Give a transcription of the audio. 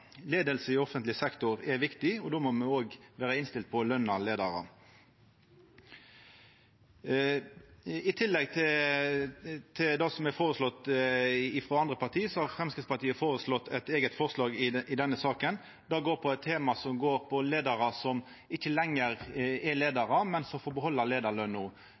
i offentleg sektor er viktig, og då må me òg vera innstilte på å løna leiarar. I tillegg til det som er føreslått frå andre parti, har Framstegspartiet eit eige forslag i denne saka, saman med Senterpartiet og SV. Det gjeld leiarar som ikkje lenger er leiarar, men som får behalda